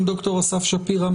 ד"ר אסף שפירא,